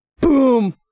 Boom